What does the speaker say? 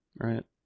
Right